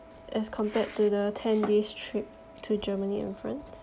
as compared to the ten days trip to germany and france